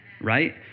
right